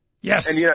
Yes